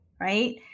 right